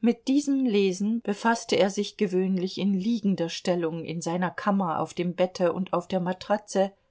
mit diesem lesen befaßte er sich gewöhnlich in liegender stellung in seiner kammer auf dem bette und auf der matratze